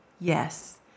Yes